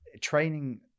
training